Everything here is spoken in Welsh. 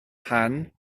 pan